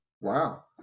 Wow